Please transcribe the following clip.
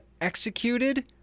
executed